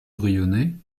brionnais